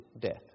death